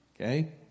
Okay